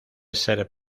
ser